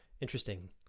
Interesting